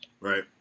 Right